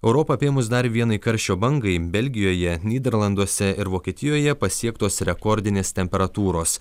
europą apėmus dar vienai karščio bangai belgijoje nyderlanduose ir vokietijoje pasiektos rekordinės temperatūros